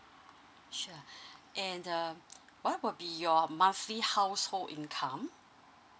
sure and uh what would be your monthly household income